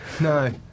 No